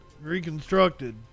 reconstructed